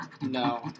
No